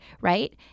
right